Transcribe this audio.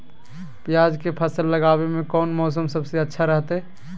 प्याज के फसल लगावे में कौन मौसम सबसे अच्छा रहतय?